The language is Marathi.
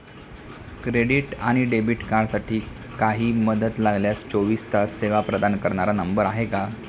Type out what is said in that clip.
क्रेडिट आणि डेबिट कार्डसाठी काही मदत लागल्यास चोवीस तास सेवा प्रदान करणारा नंबर आहे का?